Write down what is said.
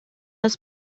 است